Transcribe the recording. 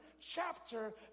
chapter